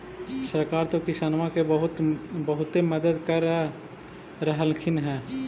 सरकार तो किसानमा के बहुते मदद कर रहल्खिन ह?